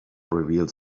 reveals